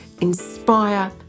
inspire